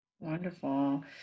Wonderful